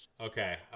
Okay